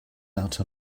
out